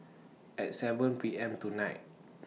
At seven P M tonight